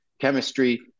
chemistry